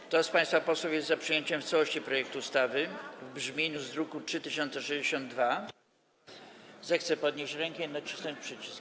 Kto z państwa posłów jest za przyjęciem w całości projektu ustawy w brzmieniu z druku nr 3062, zechce podnieść rękę i nacisnąć przycisk.